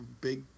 big